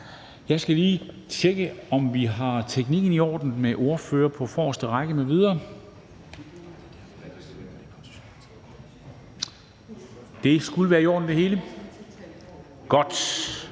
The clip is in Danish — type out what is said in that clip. Jeg skal lige tjekke, om vi har teknikken i orden og ordførerne på forreste række m.v. Det hele skulle være i orden. Så